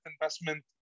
investment